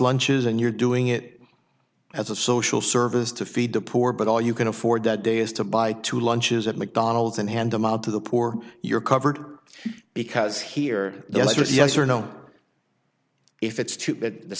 lunches and you're doing it as a social service to feed the poor but all you can afford that day is to buy two lunches at mcdonald's and hand them out to the poor you're covered because here there's yes or no if it's to the